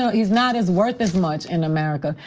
so he's not as worth as much in america.